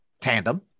tandem